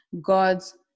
gods